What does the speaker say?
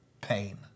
Pain